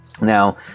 Now